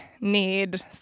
need